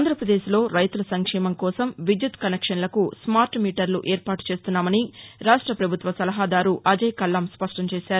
ఆంధ్రాపదేశ్లో రైతుల సంక్షేమం కోసం విద్యుత్ కనెక్షన్లకు స్మార్ట్మీటర్లు ఏర్పాటు చేస్తున్నామని రాష్ట్ర ప్రపభుత్వ సలహాదారు అజేయ్కల్లాం స్పష్టం చేశారు